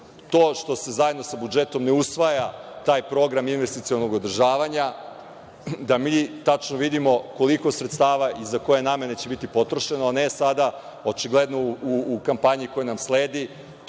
To što se zajedno sa budžetom ne usvaja taj program investicionog održavanja, da mi tačno vidimo koliko sredstava i za koje namene će biti potrošeno, a ne sada, očigledno u kampanji koja nam sledi,